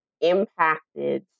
impacted